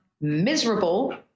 miserable